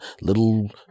Little